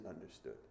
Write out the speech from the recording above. understood